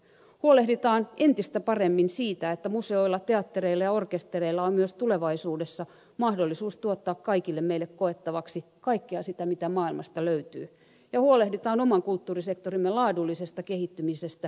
huolehditaan entistä paremmin siitä että museoilla teattereilla ja orkestereilla on myös tulevaisuudessa mahdollisuus tuottaa kaikille meille koettavaksi kaikkea sitä mitä maailmasta löytyy ja huolehditaan oman kulttuurisektorimme laadullisesta kehittymisestä globaaleilla markkinoilla